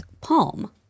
palm